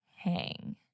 hang